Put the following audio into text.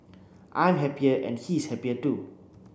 I'm happier and he's happier too